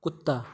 कुत्ता